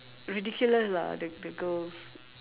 ridiculous lah the the girls